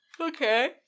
Okay